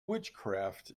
witchcraft